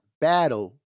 battle